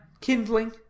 kindling